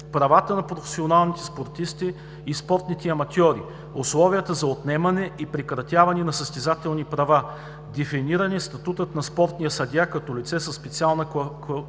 правата на професионалните спортисти и спортистите аматьори, условията за отнемане и прекратяване на състезателни права. Дефиниран е статутът на спортния съдия като лице със специална